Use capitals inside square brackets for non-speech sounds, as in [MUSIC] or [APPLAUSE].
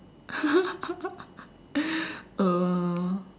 [LAUGHS] uh